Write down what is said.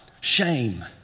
shame